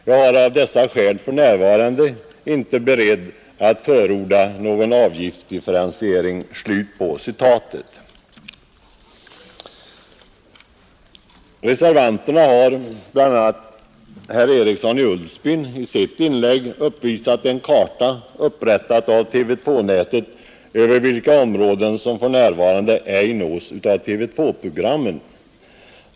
Jag är av dessa skäl f.n. inte beredd att förorda någon avgiftsdifferentiering.” Reservanterna har uppvisat — det var herr Eriksson i Ulfsbyn som gjorde detta under sitt inlägg — en karta över TV 2-nätet med de områden markerade som för närvarande ej nås av TV 2-programmen.